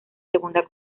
segunda